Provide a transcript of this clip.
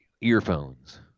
earphones